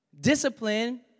Discipline